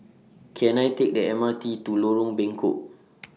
Can I Take The M R T to Lorong Bengkok